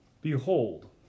behold